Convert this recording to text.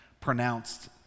pronounced